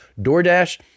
DoorDash